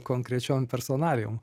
konkrečiom personalijom